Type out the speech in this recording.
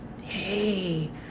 hey